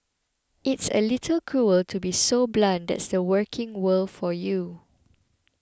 it's a little cruel to be so blunt that's the working world for you